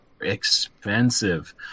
expensive